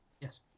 Yes